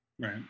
Right